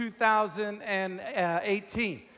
2018